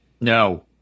no